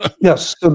Yes